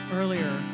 earlier